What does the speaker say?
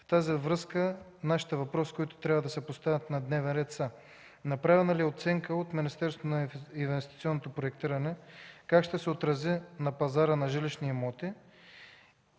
В тази връзка нашите въпроси, които трябва да се поставят на дневен ред, са: Направена ли е оценка от Министерството на инвестиционното проектиране как ще се отрази на пазара на жилищни имоти?